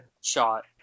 shot